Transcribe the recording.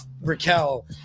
Raquel